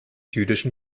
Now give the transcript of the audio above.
jüdischen